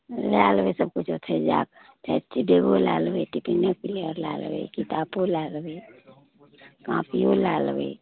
लै लेबै सबकिछु ओतहि जैके सेफ्टी बैगो लै लेबै टिफिने कैरिअर लै लेबै किताबो लै लेबै कॉपिओ लै लेबै